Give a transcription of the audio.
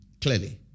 Clearly